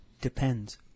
Depends